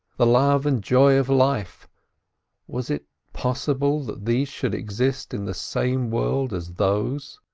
the love and joy of life was it possible that these should exist in the same world as those?